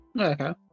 Okay